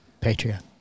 Patreon